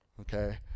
okay